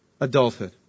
adulthood